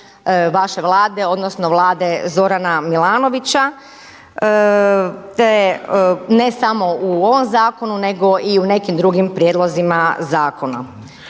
vaše Vlade, odnosno Vlade Zorana Milanovića, te ne samo u ovom zakonu nego i u nekim drugim prijedlozima zakona